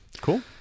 cool